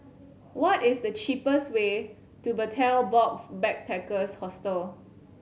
what is the cheapest way to Betel Box Backpackers Hostel